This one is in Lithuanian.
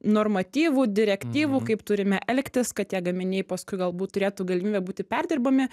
normatyvų direktyvų kaip turime elgtis kad tie gaminiai paskui galbūt turėtų galimybę būti perdirbami